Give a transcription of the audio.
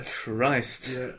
Christ